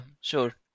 sure